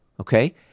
okay